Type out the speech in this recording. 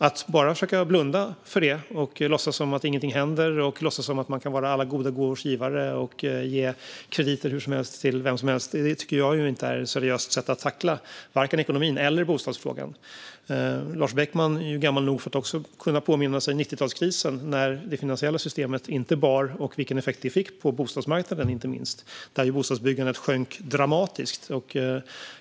Att bara blunda för det och låtsas som om ingenting händer som att man kan vara alla goda gåvors givare och ge krediter hur som helst till vem som helst tycker jag inte är ett seriöst sätt att tackla vare sig ekonomin eller bostadsfrågan. Lars Beckman är gammal nog att kunna påminna sig 90-talskrisen, då det finansiella systemet inte bar, och vilken effekt det fick på bostadsmarknaden. Då sjönk bostadsbyggandet dramatiskt.